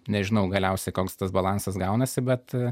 nežinau galiausiai koks tas balansas gaunasi bet